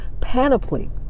panoply